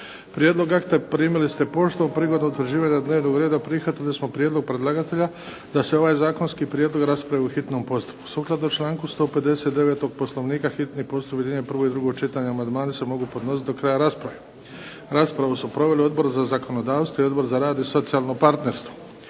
Prijedlog akta primili ste poštom. Prigodom utvrđivanja dnevnog reda prihvatili smo prijedlog predlagatelja da se ovaj zakonski prijedlog raspravi u hitnom postupku. Sukladno članku 159. Poslovnika hitni postupak objedinjuje prvo i drugo čitanje. Amandmani se mogu podnositi do kraja rasprave. Raspravu su proveli Odbor za zakonodavstvo i Odbor za rad i socijalno partnerstvo.